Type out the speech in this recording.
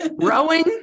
Rowing